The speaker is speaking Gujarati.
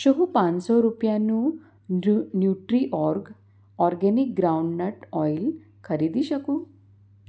શું હું પાંચસો રૂપિયાનું new Nutriorg organic groundnut oil ખરીદી શકું